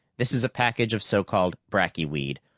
this is a package of so-called bracky weed,